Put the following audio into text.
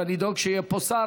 ואני דואג שיהיה פה שר.